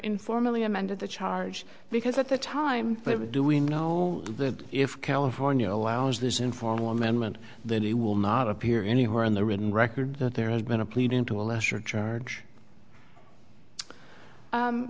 informally amended the charge because at the time but we do we know that if california allows this informal amendment then he will not appear anywhere on the written record that there has been a pleading to a lesser charge